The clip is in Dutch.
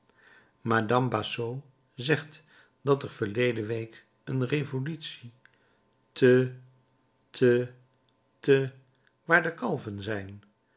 madame bacheux zegt dat er verleden week een revolutie te te te waar de kalven zijn